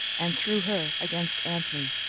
and, through her, against antony.